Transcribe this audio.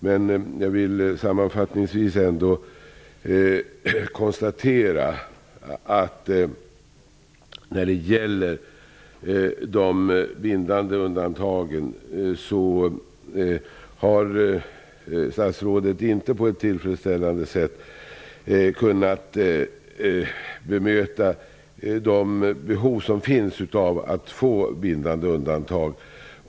Men jag vill sammanfattningsvis ändå konstatera att statsrådet inte på ett tillfredsställande sätt har kunnat bemöta att det finns behov av att få bindande undantag.